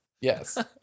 Yes